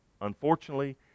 Unfortunately